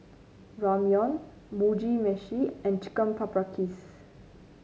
Ramyeon Mugi Meshi and Chicken Paprikas